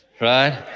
right